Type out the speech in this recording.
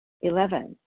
Eleven